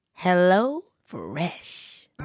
HelloFresh